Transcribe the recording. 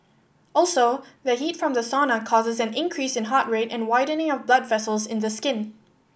also the heat from the sauna causes an increase in heart rate and widening of blood vessels in the skin